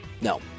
No